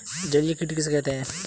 जलीय कीट किसे कहते हैं?